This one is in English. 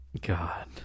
god